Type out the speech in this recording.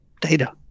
data